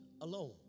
alone